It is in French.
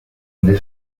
idée